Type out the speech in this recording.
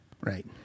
right